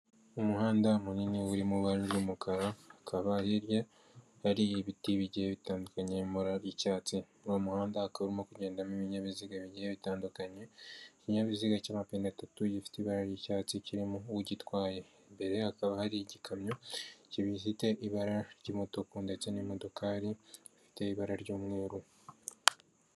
Umuhanda munini uri mu ibara ry'umukara hakaba hirya hariyo ibiti bigiye bitandukanye mu mabara y'icyatsi muri uwo muhanda hakaba harimo kugendamo ibinyabiziga bigiye bitandukanye ikinyabiziga cy'amapine atatu gifite ibara ry'icyatsi kirimo ugitwaye, imbere hakaba hari igikamyo kibifite ibara ry'umutuku ndetse n'imodokari ifite ibara ry'umweru.